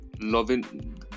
loving